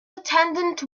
attendant